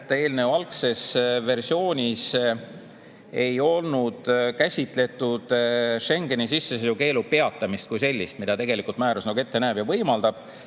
Eelnõu algses versioonis ei olnud käsitletud Schengeni sissesõidukeelu peatamist kui sellist, mida määrus tegelikult ette näeb ja võimaldab.